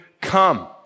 come